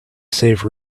save